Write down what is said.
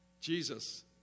Jesus